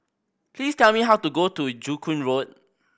please tell me how to get to Joo Koon Road